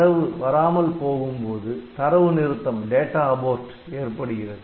தரவு வராமல் போகும்போது தரவு நிறுத்தம் ஏற்படுகிறது